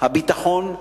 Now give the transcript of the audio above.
הביטחון לאזרח.